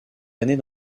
années